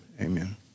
amen